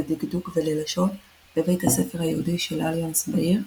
לדקדוק וללשון בבית הספר היהודי של אליאנס בעיר,